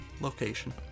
location